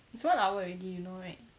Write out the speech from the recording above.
it's one hour already you know right